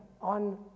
on